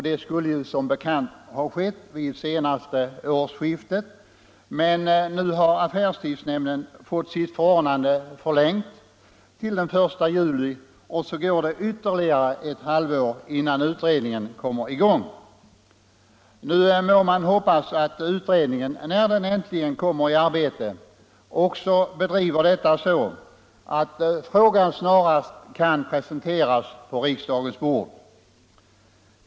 Det skulle som bekant ha skett vid det senaste årsskiftet, men nu har affärstidsnämnden fått sitt förordnande förlängt till den 1 juli, och så går det ytterligare ett halvår innan utredningen kommer i gång. Nu må man hoppas att utredningen när den äntligen kommer i arbete också bedriver detta så att frågan snarast kan presenteras på riksdagens bord.